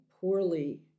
poorly